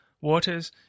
waters